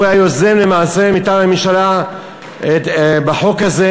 שהוא היה היוזם למעשה מטעם הממשלה בחוק הזה.